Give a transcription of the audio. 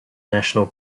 national